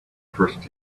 first